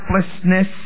helplessness